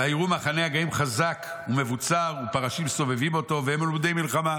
וייראו מחנה הגויים חזק ומבוצר ופרשים סובבים אותו והם מלומדי מלחמה."